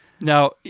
Now